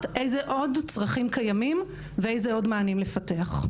איזה עוד צרכים קיימים ואיזה עוד מענים לפתח.